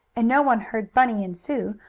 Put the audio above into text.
and no one heard bunny and sue,